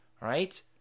Right